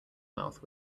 mouth